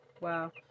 Wow